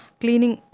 cleaning